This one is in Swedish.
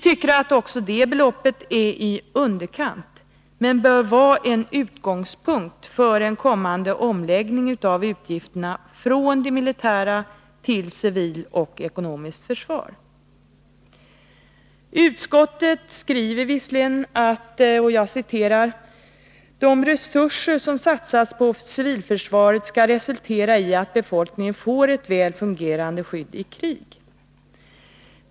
Också det beloppet tycker vi är i underkant, men det bör vara en utgångspunkt för en kommande omläggning av utgifterna från det militära försvaret till det civila och ekonomiska försvaret. Utskottet skriver visserligen att ”de resurser som satsas på civilförsvaret skall resultera i att befolkningen får ett väl fungerande skydd i krig”.